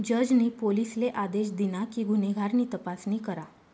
जज नी पोलिसले आदेश दिना कि गुन्हेगार नी तपासणी करा